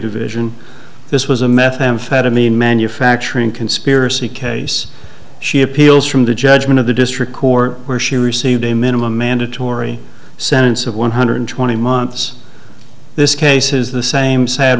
division this was a methamphetamine manufacturing conspiracy case she appeals from the judgment of the district court where she received a minimum mandatory sentence of one hundred twenty months this case is the same sad